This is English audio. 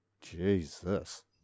Jesus